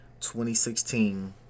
2016